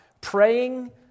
praying